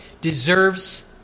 deserves